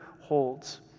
holds